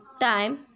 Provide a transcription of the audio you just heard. time